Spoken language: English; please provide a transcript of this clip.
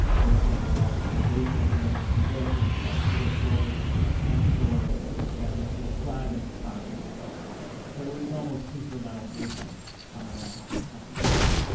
they're saying, well, the foundation will be able to do this if we add four floors, if we add ten floors, if we add this little flag at the top we can go higher. so it was almost incremental movements on the manhattan company building.